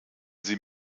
sie